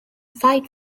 fight